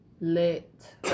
lit